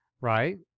right